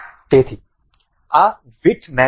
તેથી આ વિડથ મેટ છે